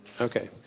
okay